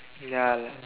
ya